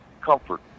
comfort